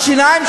השיניים,